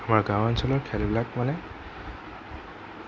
আমাৰ গাওঁ অঞ্চলৰ খেলবিলাক মানে